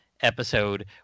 episode